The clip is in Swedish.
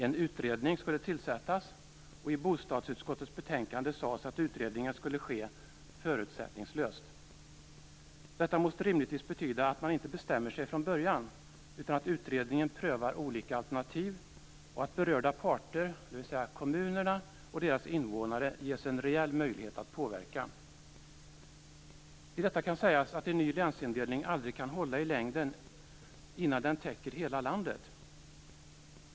En utredning skulle tillsättas, och i bostadsutskottet sades att utredningen skulle ske förutsättningslöst. Detta måste rimligtvis betyda att man inte bestämmer sig från början utan att utredningen prövar olika alternativ och att berörda parter, dvs. kommunerna och deras invånare, ges en reell möjlighet att påverka. Till detta kan sägas att en ny länsindelning aldrig kan hålla i längden innan den täcker hela landet.